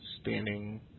standing